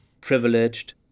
privileged